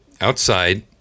outside